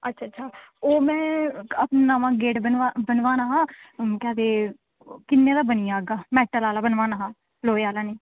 अच्छा अच्छा ओह् में अपना नमां गेट बनवाना हा ते केह् आक्खदे ते किन्ने दा बनी जाह्गा मेटल दा लोहे दा निं